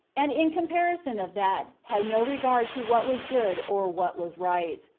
and in comparison of that had no regard to what was good, or what was right.